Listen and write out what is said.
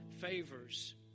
favors